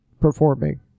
performing